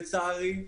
לצערי,